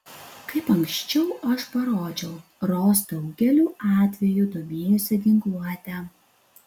kaip ankščiau aš parodžiau ros daugeliu atvejų domėjosi ginkluote